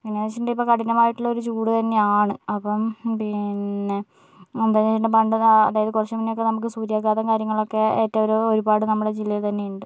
എങ്ങനെയാണെന്ന് വച്ചിട്ടുണ്ടെങ്കിൽ ഇപ്പോൾ കഠിനമായിട്ടുള്ള ഒരു ചൂടു തന്നെയാണ് അപ്പോൾ പിന്നെ പണ്ട് അതായത് കുറച്ചു മുന്നെയൊക്കെ നമുക്ക് സൂര്യാഘാതം കാര്യങ്ങളൊക്കെ ഏറ്റ ഒരു ഒരുപാട് നമ്മുടെ ജില്ലയിൽ തന്നെയുണ്ട്